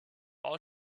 all